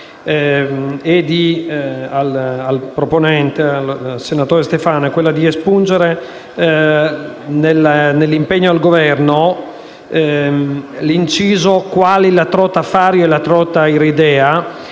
al proponente, senatore Stefano, è di espungere, nell’impegno al Governo, l’inciso «quali la trota fario e la trota iridea».